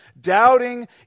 Doubting